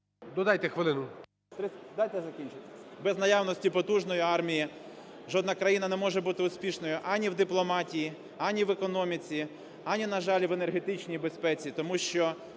Додайте хвилину. ВІННИК І.Ю. …дайте закінчити. Без наявності потужної армії жодна країна не може бути успішною ані в дипломатії, ані в економіці, ані, на жаль, в енергетичній безпеці.